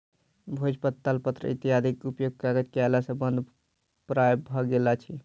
भोजपत्र, तालपत्र इत्यादिक उपयोग कागज के अयला सॅ बंद प्राय भ गेल अछि